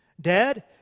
Dad